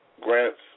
grants